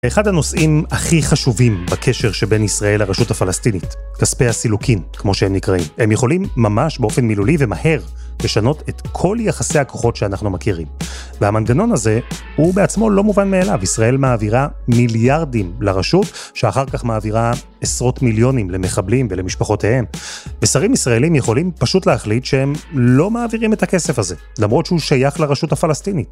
אחד הנושאים הכי חשובים בקשר שבין ישראל לרשות הפלסטינית, כספי הסילוקין, כמו שהם נקראים. הם יכולים ממש באופן מילולי, ומהר, לשנות את כל יחסי הכוחות שאנחנו מכירים. והמנגנון הזה הוא בעצמו לא מובן מאליו. ישראל מעבירה מיליארדים לרשות, שאחר כך מעבירה עשרות מיליונים למחבלים ולמשפחותיהם. ושרים ישראלים יכולים פשוט להחליט שהם לא מעבירים את הכסף הזה, למרות שהוא שייך לרשות הפלסטינית.